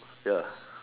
ya